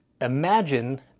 imagine